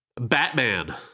Batman